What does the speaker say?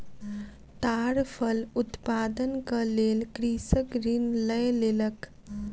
ताड़ फल उत्पादनक लेल कृषक ऋण लय लेलक